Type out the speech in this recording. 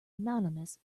anonymous